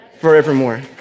forevermore